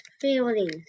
feelings